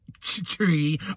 tree